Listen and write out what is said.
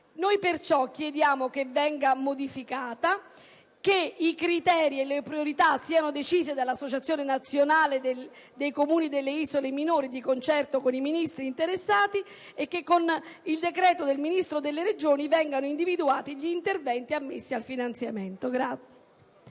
pertanto che essa venga modificata, che i criteri e le priorità siano decise dall'Associazione nazionale dei Comuni delle isole minori, di concerto con i Ministri interessati, e che con il decreto proposto dal Ministro per gli affari regionali vengano individuati gli interventi ammessi al finanziamento. **Saluto